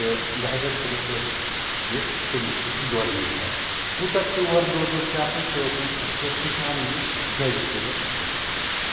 تہٕ لہذا کٔرتھ اوس یہِ تٔمِس نِش دۄد مُجرہ کوٗتاہ پیور دۄد اوس یہِ آسان سُہ ہوکھ نہٕ سُہ ہٮ۪کہِ ہا نہٕ یہِ جج کٔرتھ کینٛہہ